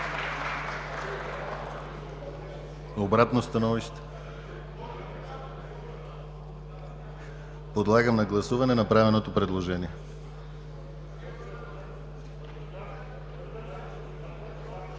Обратно становище? Няма. Подлагам на гласуване направеното предложение.